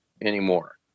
anymore